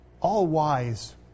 all-wise